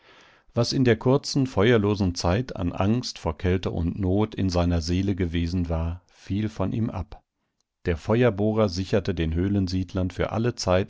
was in der kurzen feuerlosen zeit an angst vor kälte und not in seiner seele gewesen war fiel von ihm ab der feuerbohrer sicherte den höhlensiedlern für alle zeit